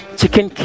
chicken